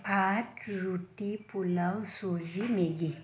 ভাত ৰুটি পোলাও চুজি মেগী